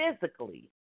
physically